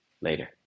Later